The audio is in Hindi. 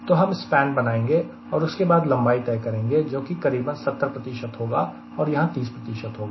तो हम स्पेन बनाएंगे और उसके बाद लंबाई तय करेंगे जो कि करीबन 70 होगा और यहां 30 होगा